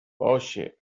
باشه